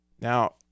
Now